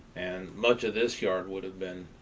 and much of this yard would have been,